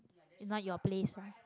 not your place [one]